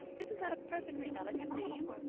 isn't that a perfectly elegant name?